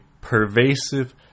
pervasive